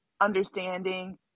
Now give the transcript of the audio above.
understanding